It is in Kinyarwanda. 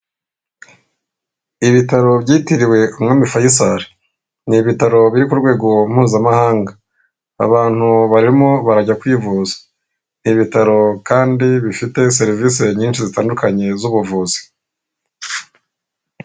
Ibitaro byitiriwe umwami Fayisari, ni ibitaro biri ku rwego mpuzamahanga, abantu barimo barajya kwivuza, ibitaro kandi bifite serivisi nyinshi zitandukanye z'ubuvuzi.